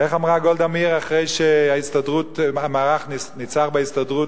איך אמרה גולדה מאיר אחרי שהמערך ניצח בהסתדרות,